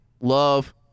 love